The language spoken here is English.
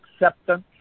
acceptance